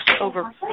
over